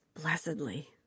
blessedly